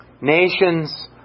Nations